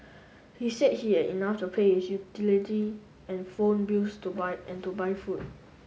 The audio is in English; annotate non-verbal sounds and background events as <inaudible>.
he said he had enough to pay <unintelligible> utility and phone bills to buy and to buy food